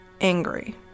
angry